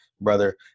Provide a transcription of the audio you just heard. brother